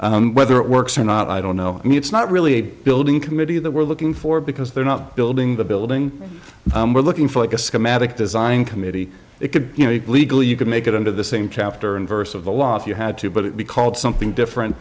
so whether it works or not i don't know i mean it's not really a building committee that we're looking for because they're not building the building we're looking for like a schematic design committee it could be you know legally you could make it into the same chapter and verse of the law if you had to but it be called something different